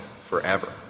forever